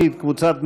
הסתייגויות.